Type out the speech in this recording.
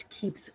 keeps